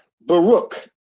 Baruch